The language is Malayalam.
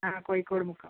ആ കോഴിക്കോട് മുക്കം